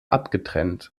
abgetrennt